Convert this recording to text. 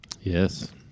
yes